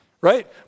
right